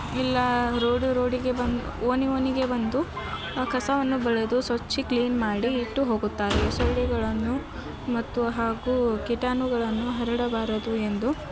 ಇಲ್ಲ ರೋಡು ರೋಡಿಗೆ ಬನ್ ಓಣಿ ಓಣಿಗೆ ಬಂದು ಕಸವನ್ನು ಬಳೆದು ಸ್ವಚ್ಛ ಕ್ಲೀನ್ ಮಾಡಿ ಇಟ್ಟು ಹೋಗುತ್ತಾರೆ ಸೊಳ್ಳೆಗಳನ್ನು ಮತ್ತು ಹಾಗೂ ಕೀಟಾಣುಗಳನ್ನು ಹರಡಬಾರದು ಎಂದು